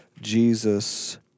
Jesus